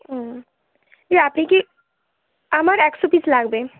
ও দি আপনি কি আমার একশো পিস লাগবে